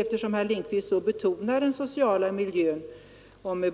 Eftersom herr Lindkvist betonar betydelsen av den sociala miljön,